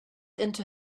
into